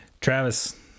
Travis –